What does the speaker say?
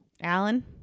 Alan